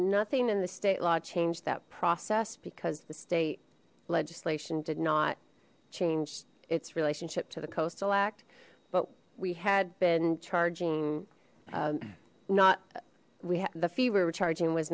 nothing in the state law changed that process because the state legislation did not change its relationship to the coastal act but we had been charging not we had the fever of charging was